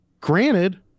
granted